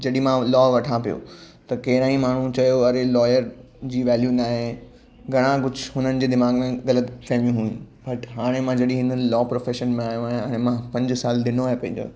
जॾहिं मां लॉ वठां पियो त कहिड़ा ई माण्हू चओ अरे लॉयर जी वैल्यू नाहे घणा कुझु हुननि जे दिमाग में ग़लति फ़हमियूं हुयूं बट हाणे मां जॾहिं हिन लॉ प्रोफेशन में आयो आहियां ऐं मां पंज साल ॾिनो आहे पंहिंजो